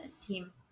team